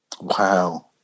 Wow